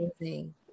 amazing